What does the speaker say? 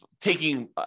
taking